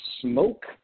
smoke